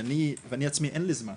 ואני עצמי אין לי זמן".